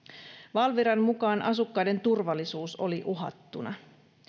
valviran mukaan asukkaiden turvallisuus oli uhattuna